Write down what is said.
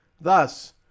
Thus